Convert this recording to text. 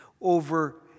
over